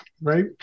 right